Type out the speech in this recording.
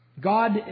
God